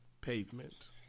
pavement